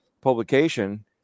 publication